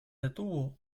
detuvo